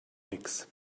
nix